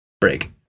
break